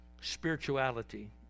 spirituality